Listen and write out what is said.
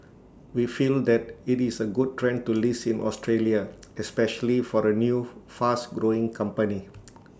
we feel that IT is A good trend to list in Australia especially for A new fast growing company